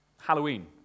Halloween